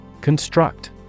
Construct